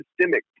systemic